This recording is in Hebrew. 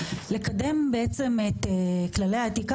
לקדם את כללי האתיקה.